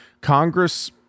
Congress –